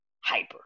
hyper